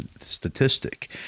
statistic